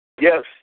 yes